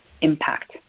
impact